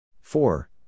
Four